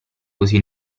così